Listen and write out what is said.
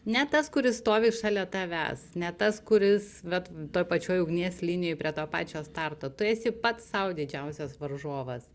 ne tas kuris stovi šalia tavęs ne tas kuris vat toj pačioj ugnies linijoj prie to pačio starto tu esi pats sau didžiausias varžovas